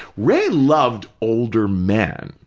ray loved older men,